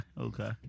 okay